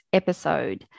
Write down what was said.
episode